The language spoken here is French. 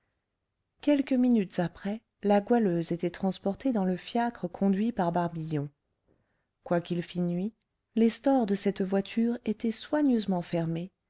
quelques minutes après la goualeuse était transportée dans le fiacre conduit par barbillon quoiqu'il fît nuit les stores de cette voiture étaient soigneusement fermés